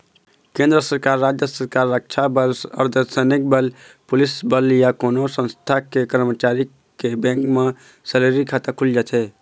केंद्र सरकार, राज सरकार, रक्छा बल, अर्धसैनिक बल, पुलिस बल या कोनो संस्थान के करमचारी के बेंक म सेलरी खाता खुल जाथे